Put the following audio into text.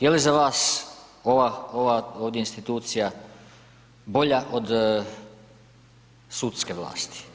Je li za vas ova od institucija bolja od sudske vlasti?